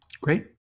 Great